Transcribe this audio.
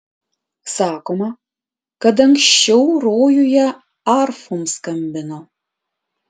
sakoma kad anksčiau rojuje arfom skambino